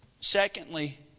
Secondly